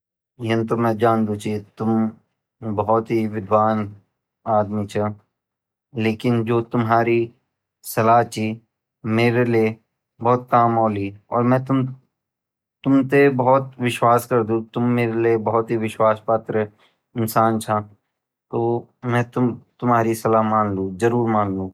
यन ता मै जांडदू ची की तुम भोत विद्वान आदमी चा लेकिन जू तुम्हारी सलहा ची उ मेरे लिए भोत काम औली अर मैं तुमपर भोत विशवास करदु तुम मेरे लिए भोत विशवास पात्र इंसान छा ता मै तुम्हारी सलहा ज़रूर मानलू।